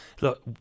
Look